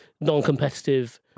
non-competitive